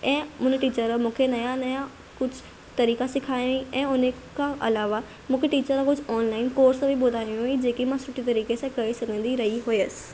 ऐं हुन टीचर मूंखे नया नया कुझु तरीक़ा सिखायाईं ऐं उन खां अलावा मूंखे टीचर ऑन लाइन कोर्स बि ॿुधायां हुयईं जंहिंखे मां सुठे तरीक़े सां करे सघंदी रही हुयसि